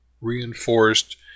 reinforced